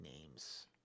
names